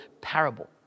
parable